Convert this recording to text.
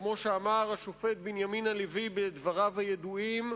שכמו שאמר השופט בנימין הלוי בדבריו הידועים,